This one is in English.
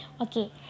Okay